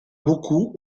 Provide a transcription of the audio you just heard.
beaucoup